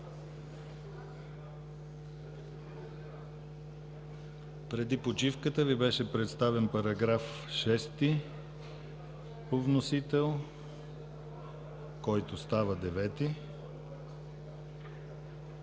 Преди почивката Ви беше представен § 6 по вносител, който става §